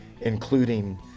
including